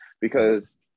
Because-